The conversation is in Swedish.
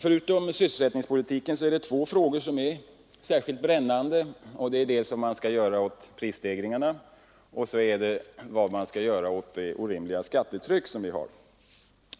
Förutom sysselsättningspolitiken är det två frågor som är särskilt brännande, nämligen dels vad man skall göra åt prisstegringarna, dels vad vi kan göra åt vårt orimligt höga skattetryck.